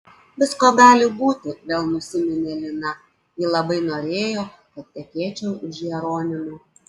visko gali būti vėl nusiminė lina ji labai norėjo kad tekėčiau už jeronimo